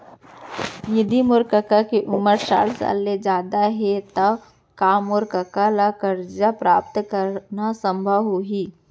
यदि मोर कका के उमर साठ साल ले जादा हे त का मोर कका ला कर्जा प्राप्त करना संभव होही